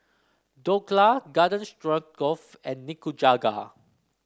Dhokla Garden Stroganoff and Nikujaga